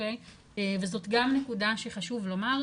וזאת גם נקודה שחשוב לומר,